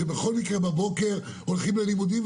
כשבכל מקרה בבוקר הולכים ללימודים,